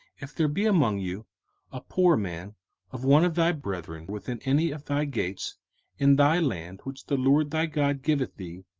if there be among you a poor man of one of thy brethren within any of thy gates in thy land which the lord thy god giveth thee,